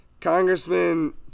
congressman